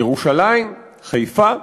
ירושלים, חיפה,